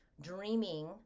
dreaming